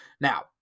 Now